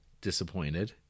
disappointed